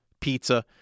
pizza